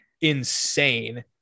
insane